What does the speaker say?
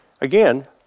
Again